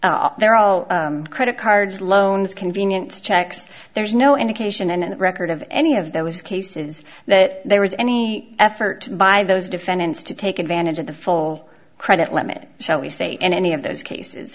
case they're all credit cards loans convenient checks there's no indication and record of any of those cases that there was any effort by those defendants to take advantage of the full credit limit shall we say in any of those cases